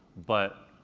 but